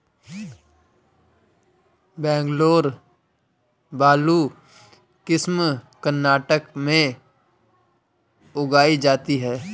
Bangalore blue किस्म कर्नाटक में उगाई जाती है